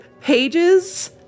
pages